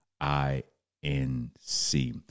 I-N-C